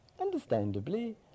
understandably